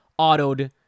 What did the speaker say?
autoed